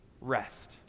Rest